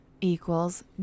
equals